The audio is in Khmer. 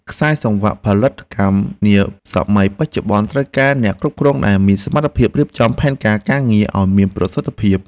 ខ្សែសង្វាក់ផលិតកម្មនាសម័យបច្ចុប្បន្នត្រូវការអ្នកគ្រប់គ្រងដែលមានសមត្ថភាពរៀបចំផែនការការងារឱ្យមានប្រសិទ្ធភាព។